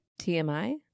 Tmi